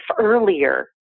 earlier